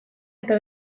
eta